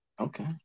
okay